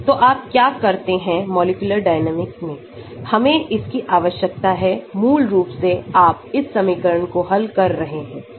तो आप क्या करते हैंमॉलिक्यूलर डायनेमिक में हमें इसकी आवश्यकता है मूल रूप से आप इस समीकरण को हल कर रहे हैं